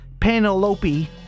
Penelope